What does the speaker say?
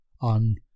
on